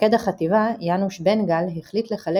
מפקד החטיבה יאנוש בן גל החליט לחלק